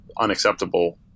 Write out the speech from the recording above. unacceptable